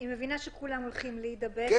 היא מבינה שכולם הולכים להידבק,